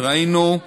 וראינו,